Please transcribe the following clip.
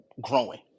growing